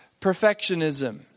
Perfectionism